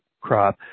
crop